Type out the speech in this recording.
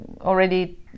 already